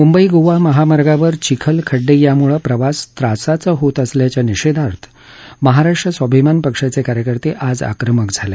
मुंबई गोवा महामार्गावर चिखल खड्डे यामुळे प्रवास त्रासाचा होत असल्याच्या निषेधात महाराष्ट्र स्वाभिमान पक्षाचे कार्यकर्ते आज आक्रमक झाले